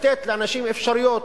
לתת לאנשים אפשרויות: